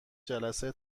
جلسه